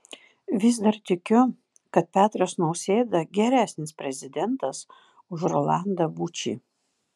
vis dar tikiu kad petras nausėda geresnis prezidentas už rolandą bučį